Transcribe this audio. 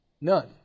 None